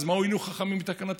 אז מה הועילו חכמים בתקנתם?